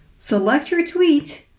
select your tweet,